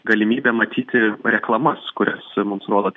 galimybe matyti reklamas kurias mums nuolat